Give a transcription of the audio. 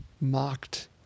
mocked